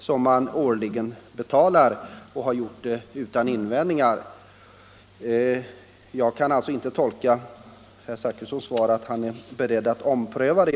som man årligen betalat utan invändningar. Tyvärr kan man inte tolka herr Zachrissons svar så att han är beredd att ompröva saken.